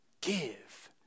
Give